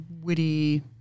witty